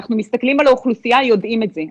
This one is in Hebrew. אנחנו מסתכלים על האוכלוסייה יודעים את זה.